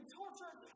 tortured